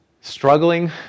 struggling